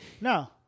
No